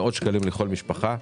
מאות שקלים לכל משפחה.